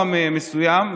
אירוע מסוים,